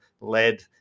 led